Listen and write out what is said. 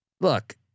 look